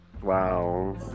wow